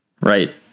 Right